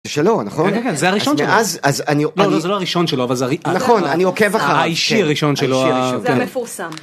שלו נכון? כן כן זה הראשון שלו. אז אז... אני.לא לא זה לא הראשון שלו אבל זה... נכון אני עוקב אחריו. האישי הראשון שלו.האישי הראשון שלו.זה המפורסם.